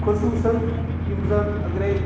خصوٗصاً یِم زَن اگرَے